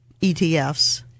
ETFs